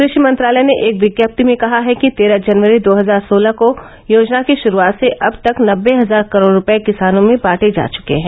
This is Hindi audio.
क्रषि मंत्रालय ने एक विज्ञप्ति में कहा है कि तेरह जनवरी दो हजार सोलह को योजना की श्रूआत से अब तक नब्बे हजार करोड रुपये किसानों में बांटे जा चुके हैं